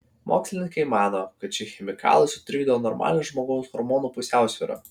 mokslininkai mano kad šie chemikalai sutrikdo normalią žmogaus hormonų pusiausvyrą